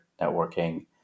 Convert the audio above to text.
networking